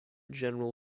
general